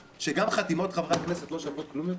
שגם חתימות חברי הכנסת לא שוות כלום יותר?